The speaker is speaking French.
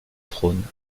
trône